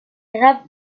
rêve